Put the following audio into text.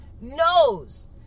knows